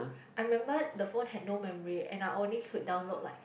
I remember the phone had no memory and I only could download like